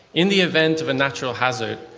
in the event of a natural hazard,